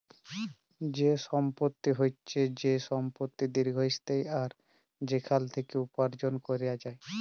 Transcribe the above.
যে সম্পত্তি হচ্যে যে সম্পত্তি দীর্ঘস্থায়ী আর সেখাল থেক্যে উপার্জন ক্যরা যায়